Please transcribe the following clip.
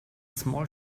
small